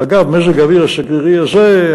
ואגב מזג האוויר הסגרירי הזה,